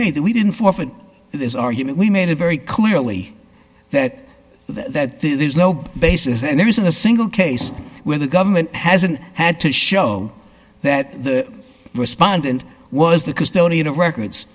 made that we didn't forfeit this argument we made it very clearly that that there's no basis and there isn't a single case where the government hasn't had to show that the respondent was the custodian of records